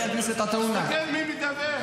חבר הכנסת עטאונה -- תראה מי מדבר.